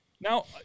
Now